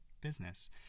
business